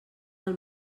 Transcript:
del